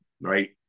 right